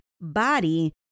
body